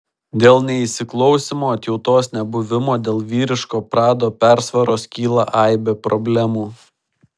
dėl neįsiklausymo atjautos nebuvimo dėl vyriško prado persvaros kyla aibė problemų